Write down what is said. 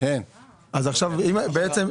אז בעצם,